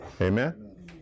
Amen